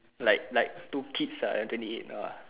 like like two kids ah twenty eight no uh